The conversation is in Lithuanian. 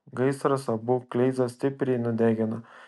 gaisras abu kleizas stipriai nudegino